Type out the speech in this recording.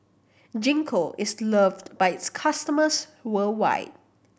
Gingko is loved by its customers worldwide